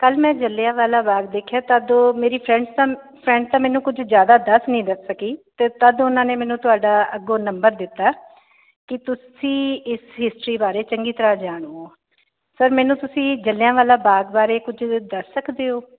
ਕੱਲ ਮੈਂ ਜਲਿਆ ਵਾਲਾ ਬਾਗ ਦੇਖਿਆ ਤਦੋ ਮੇਰੀ ਫਰੈਂਡਸ ਤਾਂ ਫਰੈਂਡ ਤਾਂ ਮੈਨੂੰ ਕੁਝ ਜਿਆਦਾ ਦੱਸ ਨਹੀਂ ਦੱਸ ਸਕੀ ਤੇ ਤਦ ਉਹਨਾਂ ਨੇ ਮੈਨੂੰ ਤੁਹਾਡਾ ਅੱਗੋਂ ਨੰਬਰ ਦਿੱਤਾ ਕਿ ਤੁਸੀਂ ਇਸ ਹਿਸਟਰੀ ਬਾਰੇ ਚੰਗੀ ਤਰ੍ਹਾਂ ਜਾਣੂ ਓ ਸਰ ਮੈਨੂੰ ਤੁਸੀਂ ਜਿਲਿਆਵਾਲਾ ਬਾਗ ਬਾਰੇ ਕੁਝ ਦੱਸ ਸਕਦੇ ਓ